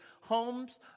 homes